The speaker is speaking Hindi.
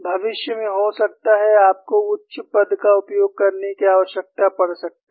भविष्य में हो सकता है आपको उच्च पद का उपयोग करने की आवश्यकता पड़ सकती है